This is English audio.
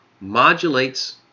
modulates